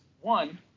one